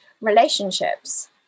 relationships